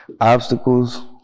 Obstacles